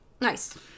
Nice